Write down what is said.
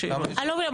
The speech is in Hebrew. אני לא מבינה,